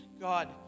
God